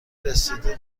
رسیده